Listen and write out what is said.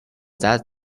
that